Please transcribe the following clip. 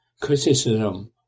criticism